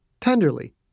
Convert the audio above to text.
tenderly